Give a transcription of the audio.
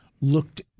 looked